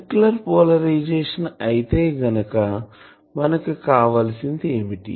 circular polarization అయితే గనుక మనకు కావలసింది ఏమిటి